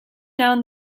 down